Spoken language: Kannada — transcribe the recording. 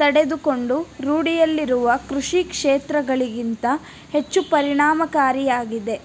ತಡೆದುಕೊಂಡು ರೂಢಿಯಲ್ಲಿರುವ ಕೃಷಿಕ್ಷೇತ್ರಗಳಿಗಿಂತ ಹೆಚ್ಚು ಪರಿಣಾಮಕಾರಿಯಾಗಿದೆ